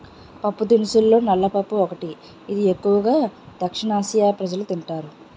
పప్పుదినుసుల్లో నల్ల పప్పు ఒకటి, ఇది ఎక్కువు గా దక్షిణఆసియా ప్రజలు తింటారు